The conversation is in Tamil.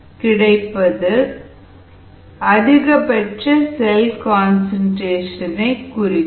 5 இதுவே அதிகபட்ச செல் கன்சன்ட்ரேஷன் குறிக்கும்